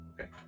Okay